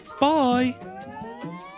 Bye